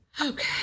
Okay